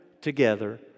together